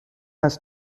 هست